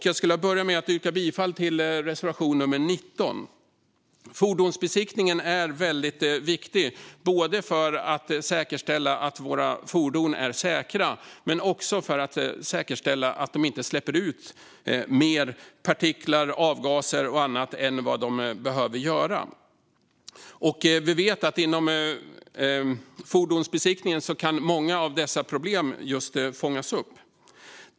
Jag börjar med att yrka bifall till reservation nummer 19. Fordonsbesiktningen är viktig för att säkerställa att våra fordon är säkra men också att de inte släpper ut mer partiklar, avgaser och annat än de behöver göra. Vi vet att många av dessa problem kan fångas upp just vid fordonsbesiktningen.